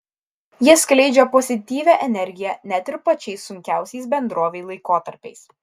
jie skleidžia pozityvią energiją net ir pačiais sunkiausiais bendrovei laikotarpiais